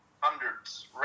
Hundreds